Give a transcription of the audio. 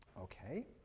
Okay